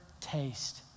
taste